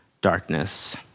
darkness